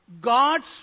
God's